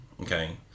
okay